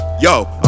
Yo